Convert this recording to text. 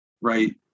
right